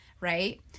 Right